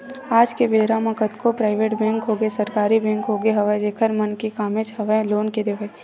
आज के बेरा म कतको पराइवेट बेंक होगे सरकारी बेंक होगे हवय जेखर मन के कामेच हवय लोन के देवई